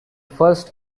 first